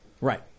Right